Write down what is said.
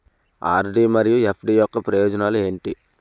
RD మరియు FD యొక్క ప్రయోజనాలు ఏంటి?